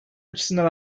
açısından